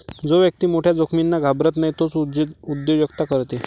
जो व्यक्ती मोठ्या जोखमींना घाबरत नाही तोच उद्योजकता करते